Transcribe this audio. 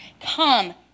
come